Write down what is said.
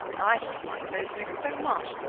i should have liked those rooms so much!